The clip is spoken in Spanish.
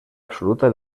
absoluta